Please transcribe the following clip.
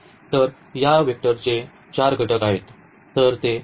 तर या वेक्टरचे चार घटक आहेत तर ते चे आहेत